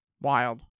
Wild